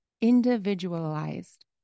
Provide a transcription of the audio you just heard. individualized